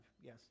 yes